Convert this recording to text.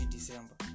December